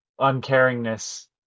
uncaringness